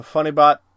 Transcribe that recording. FunnyBot